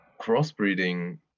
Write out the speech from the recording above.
crossbreeding